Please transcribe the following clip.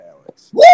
Alex